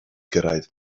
gyrraedd